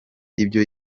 ibyo